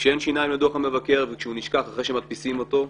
כשאין שיניים לדוח המבקר וכשהוא נשכח אחרי שמדפיסים אותו,